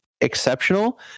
exceptional